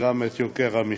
גם את יוקר המחיה,